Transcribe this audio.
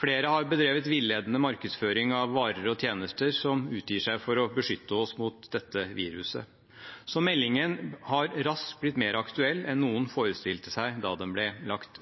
Flere har bedrevet villedende markedsføring av varer og tjenester som utgir seg for å beskytte oss mot dette viruset. Så meldingen har raskt blitt mer aktuell enn noen forestilte seg da den ble lagt